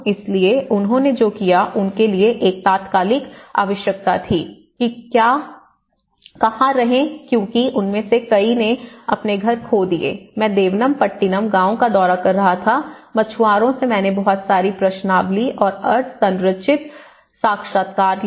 इसलिए उन्होंने जो किया उनके लिए एक तात्कालिक आवश्यकता थी कि कहां रहे क्योंकि उनमें से कई ने अपने घर खो दिए मैं देवनमपट्टिनम गांव का दौरा कर रहा था मछुआरे से मैंने बहुत सारी प्रश्नावली और अर्ध संरचित साक्षात्कार लिया